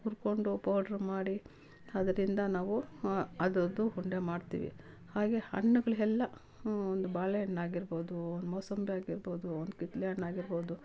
ಹುರ್ಕೊಂಡು ಪೌಡ್ರು ಮಾಡಿ ಅದ್ರಿಂದ ನಾವು ಅದರದ್ದು ಉಂಡೆ ಮಾಡ್ತಿವಿ ಹಾಗೆ ಹಣ್ಣುಗ್ಳು ಎಲ್ಲ ಹ್ಞೂ ಒಂದು ಬಾಳೆಹಣ್ಣಾಗಿರ್ಬೋದು ಒಂದು ಮೋಸಂಬಿ ಆಗಿರ್ಬೋದು ಒಂದು ಕಿತ್ಳೆ ಹಣ್ಣಾಗಿರ್ಬೋದು